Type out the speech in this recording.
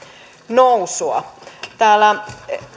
nousua täällä